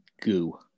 goo